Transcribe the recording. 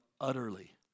utterly